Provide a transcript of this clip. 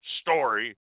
story